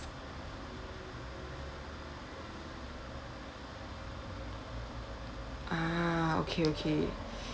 ah okay okay